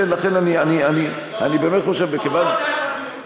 לכן, אני באמת חושב, מכיוון,